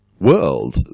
world